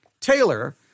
Taylor